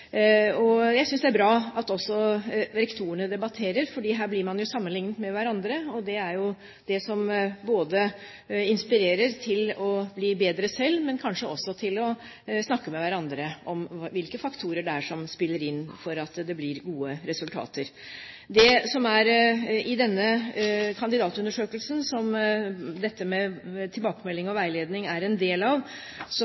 Jeg synes det er bra at også rektorene debatterer, for her blir man jo sammenlignet med hverandre. Det er jo det som ikke bare inspirerer til å bli bedre selv, men kanskje også til å snakke med hverandre om hvilke faktorer det er som spiller inn for at det blir gode resultater. I denne kandidatundersøkelsen, som tilbakemelding og veiledning er